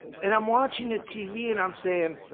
and i'm watching the tv and i'm saying,